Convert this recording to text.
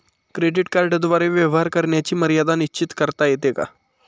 Credit कार्डद्वारे व्यवहार करण्याची मर्यादा निश्चित करता येते का?